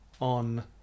on